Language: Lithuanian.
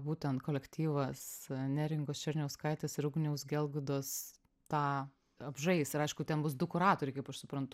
būtent kolektyvas neringos černiauskaitės ir ugniaus gelgudos tą apžais ir aišku ten bus du kuratoriai kaip aš suprantu